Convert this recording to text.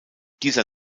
dieser